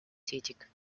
tätig